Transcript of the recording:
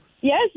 Yes